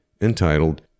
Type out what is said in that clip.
entitled